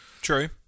True